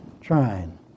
trying